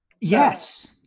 Yes